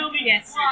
Yes